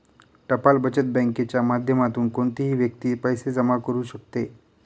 टपाल बचत बँकेच्या माध्यमातून कोणतीही व्यक्ती पैसे जमा करू शकते